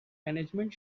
management